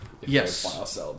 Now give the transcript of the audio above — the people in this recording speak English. Yes